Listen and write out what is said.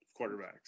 quarterbacks